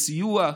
סיוע,